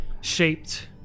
shaped